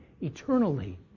eternally